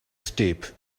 steep